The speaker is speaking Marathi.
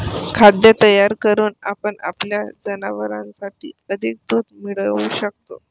खाद्य तयार करून आपण आपल्या जनावरांसाठी अधिक दूध मिळवू शकतो